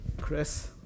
Chris